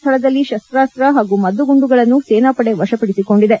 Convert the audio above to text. ಸ್ಥಳದಲ್ಲಿ ಸಶಾಸ್ತ ಹಾಗೂ ಮದ್ದು ಗುಂಡುಗಳನ್ನು ಸೇನಾಪಡೆ ವಶಪಡಿಸಿಕೊಂಡಿದೆ